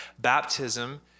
Baptism